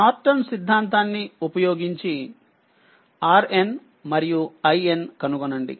Norton సిద్ధాంతాన్ని ఉపయోగించిRN మరియు IN కనుగొనండి